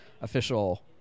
official